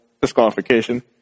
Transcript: disqualification